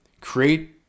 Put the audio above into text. create